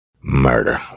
murder